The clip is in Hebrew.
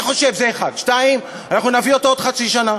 זה, 1, 2. אנחנו נביא אותו עוד חצי שנה,